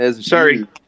Sorry